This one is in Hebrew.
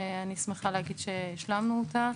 שאני שמחה להגיד שהשלמנו אותה,